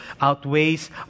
outweighs